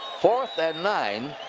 fourth and nine.